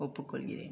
ஒப்புக்கொள்கிறேன்